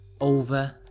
Over